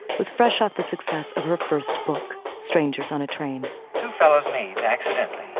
was fresh out the success of her first book, strangers on a train to feller's me accidentally